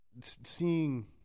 seeing